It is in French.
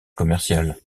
commercial